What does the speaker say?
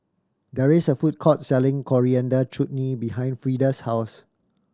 there is a food court selling Coriander Chutney behind Freida's house